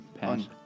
pass